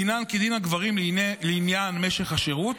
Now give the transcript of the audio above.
דינן כדין הגברים לעניין משך השירות.